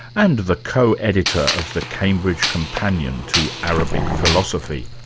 and the co-editor of the cambridge companion to arabic philosophy.